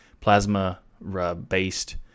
plasma-based